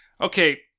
Okay